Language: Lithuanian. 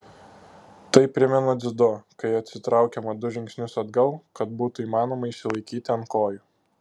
tai primena dziudo kai atsitraukiama du žingsnius atgal kad būtų įmanoma išsilaikyti ant kojų